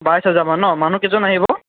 বাইছ হেজাৰমান ন' মানুহ কেইজন আহিব